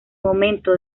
momento